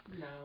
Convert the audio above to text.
No